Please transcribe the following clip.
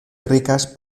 ricas